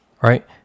Right